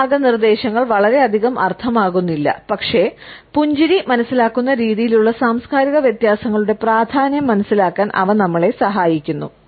ഈ മാർഗ്ഗനിർദ്ദേശങ്ങൾ വളരെയധികം അർത്ഥമാക്കുന്നില്ല പക്ഷേ പുഞ്ചിരി മനസ്സിലാക്കുന്ന രീതിയിലുള്ള സാംസ്കാരിക വ്യത്യാസങ്ങളുടെ പ്രാധാന്യം മനസ്സിലാക്കാൻ അവ നമ്മളെ സഹായിക്കുന്നു